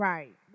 Right